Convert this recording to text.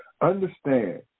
Understand